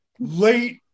late